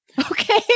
Okay